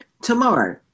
tomorrow